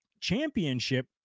championship